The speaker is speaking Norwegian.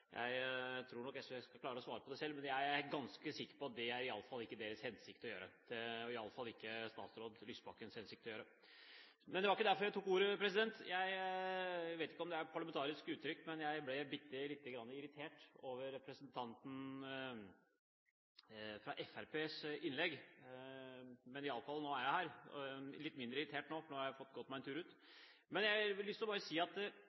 Jeg tror nok SV kan klare å svare på dette selv, men jeg er ganske sikker på at det iallfall ikke er deres hensikt å gjøre det. Det er iallfall ikke statsråd Lysbakkens hensikt å gjøre det. Men det var ikke derfor jeg tok ordet. Jeg vet ikke om det er parlamentarisk språkbruk, men jeg ble bitte lite grann irritert over representanten fra Fremskrittspartiet. Nå er jeg iallfall her, og jeg er litt mindre irritert nå, for jeg har fått gått meg en tur ut. Jeg har bare lyst til å si det er kanskje slik demokratiet er, at